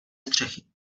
střechy